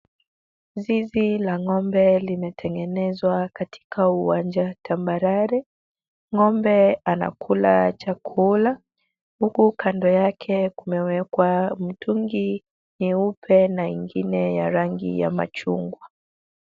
Zizi la ng'ombe limetengenezwa katika uwanja tambarare. Ng'ombe anakula chakula huku kando yake kumewekwa mtungi nyeupe na ingine ya rangi ya machungwa.